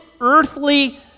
earthly